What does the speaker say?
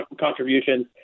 contributions